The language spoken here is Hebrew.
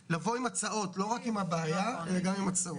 לבוא עם הצעות, לא רק עם הבעיה, אלא גם עם הצעות.